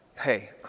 hey